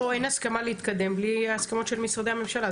לא, אין הסכמה להתקדם בלי הסכמות של משרדי הממשלה.